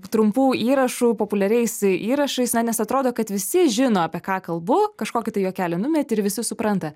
trumpu įrašu populiariais įrašais na nes atrodo kad visi žino apie ką kalbu kažkokį tai juokelį numeti ir visi supranta